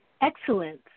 excellence